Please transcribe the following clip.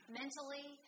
mentally